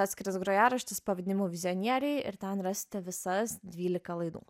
atskiras grojaraštis pavadinimu vizionieriai ir ten rasite visas dvylika laidų